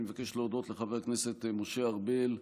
אני מבקש להודות לחבר הכנסת משה ארבל,